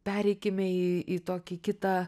pereikime į į tokį kitą